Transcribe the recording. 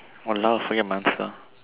!walao! forget remind her